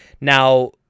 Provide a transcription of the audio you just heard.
Now